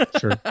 Sure